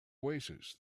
oasis